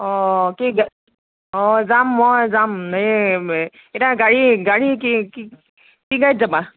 অ কি অ যাম মই যাম এ এতিয়া গাড়ী গাড়ী কি কি গাড়ীত যাবা